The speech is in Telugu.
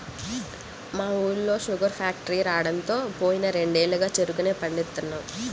మా ఊళ్ళో శుగర్ ఫాక్టరీ రాడంతో పోయిన రెండేళ్లుగా చెరుకునే పండిత్తన్నాం